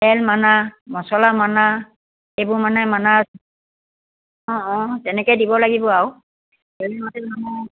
তেল মানা মছলা মানা এইবোৰ মানে মানা আছে অঁ অঁ তেনেকৈ দিব লাগিব আৰু তেল মছলা নহ'ব